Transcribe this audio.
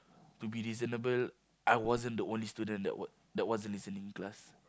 to be reasonable I wasn't the only student that wa~ that wasn't listening in class